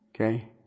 Okay